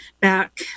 back